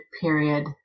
period